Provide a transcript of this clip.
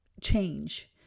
change